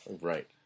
Right